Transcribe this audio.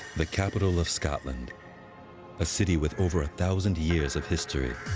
the capital of scotland a city with over a thousand years of history.